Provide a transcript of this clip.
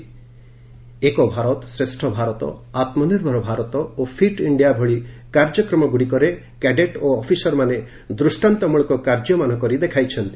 'ଏକ୍ ଭାରତ ଶ୍ରେଷ୍ଠ ଭାରତ' 'ଆତ୍ମ ନିର୍ଭର ଭାରତ' ଓ 'ଫିଟ୍ ଇଷ୍ଠିଆ' ଭଳି କାର୍ଯ୍ୟକ୍ରମ ଗୁଡ଼ିକରେ କ୍ୟାଡେଟ୍ ଓ ଅଫିସର୍ମାନେ ଦୃଷ୍ଟାନ୍ତମୂଳକ କାର୍ଯ୍ୟମାନ କରି ଦେଖାଇଛନ୍ତି